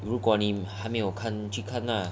如果你还还没有看去看 ah